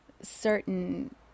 certain